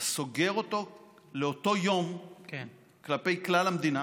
אתה סוגר אותו לאותו יום כלפי כלל המדינה.